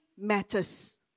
Matters